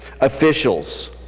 officials